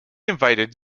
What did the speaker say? invited